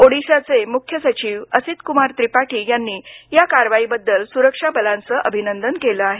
ओदिशाचे मुख्य सचिव असित कुमार त्रिपाठी यांनी या कारवाईबद्दल सुरक्षा दलांचं अभिनंदन केलं आहे